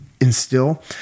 instill